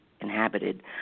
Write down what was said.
inhabited